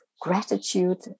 gratitude